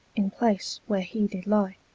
in place where he did lye